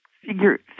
figure